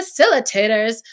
facilitators